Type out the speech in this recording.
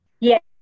yes